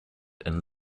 and